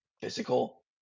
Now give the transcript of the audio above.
physical